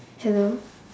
hello